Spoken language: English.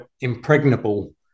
impregnable